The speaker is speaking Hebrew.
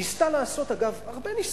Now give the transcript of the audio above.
ניסתה לעשות, אגב, הרבה ניסו,